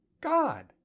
God